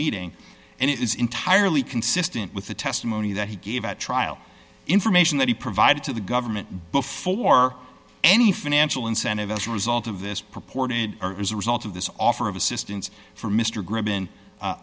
meeting and it is entirely consistent with the testimony that he gave at trial information that he provided to the government before any financial incentive as a result of this purported as a result of this offer of assistance from m